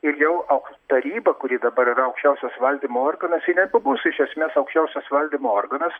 ir jau o taryba kuri dabar yra aukščiausias valdymo organas ji nebebus iš esmės aukščiausias valdymo organas